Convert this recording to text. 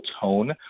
tone